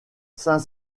saint